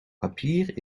papier